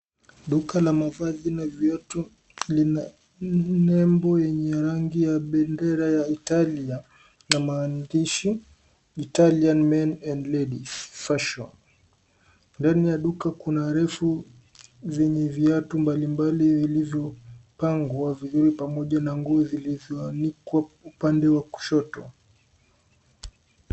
Duka la mavazi na viatu lina nembo yenye rangi ya bendera ya Italia na maandishi italian men and ladies fashion . Ndani ya duka kuna rafu venye viatu mbalimbali vilivyopangwa vizuri pamoja na nguo zilizoanikwa upande wa kushoto.